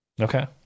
okay